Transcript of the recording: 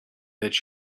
that